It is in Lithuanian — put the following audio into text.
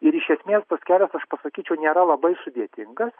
ir iš esmės tas kelias aš pasakyčiau nėra labai sudėtingas